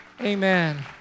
Amen